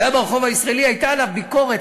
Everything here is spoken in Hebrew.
הייתה עליו ביקורת,